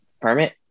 permit